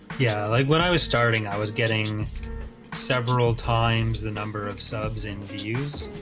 yeah, like what i was starting i was getting several times the number of subs and views